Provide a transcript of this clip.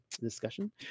discussion